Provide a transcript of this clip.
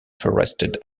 forested